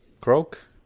croak